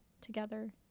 together